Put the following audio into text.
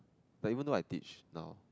like even though I teach now